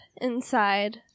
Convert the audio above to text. inside